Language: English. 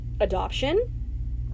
adoption